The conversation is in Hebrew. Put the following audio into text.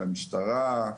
למשטרה,